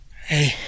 hey